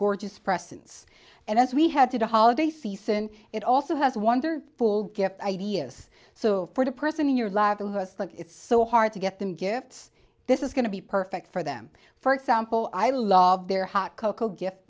gorgeous precedence and as we had to the holiday season it also has wonder full gift ideas so for the person in your life it's so hard to get them gifts this is going to be perfect for them for example i love their hot cocoa gift